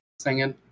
singing